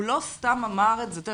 הוא לא סתם אמר את זה.